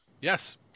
yes